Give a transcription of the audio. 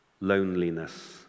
Loneliness